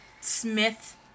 Smith